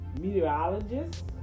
meteorologists